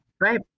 Right